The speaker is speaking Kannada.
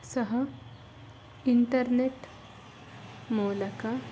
ಸಹ ಇಂಟರ್ನೆಟ್ ಮೂಲಕ